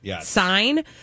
sign